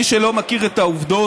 מי שלא מכיר את העובדות,